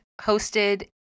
hosted